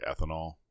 ethanol